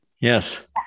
yes